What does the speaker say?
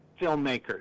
filmmakers